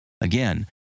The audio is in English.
again